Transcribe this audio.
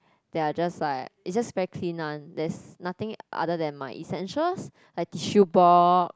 there are just like it's just very clean one there is nothing other than my essentials like tissue box